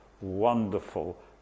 wonderful